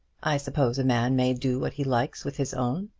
i suppose a man may do what he likes with his own.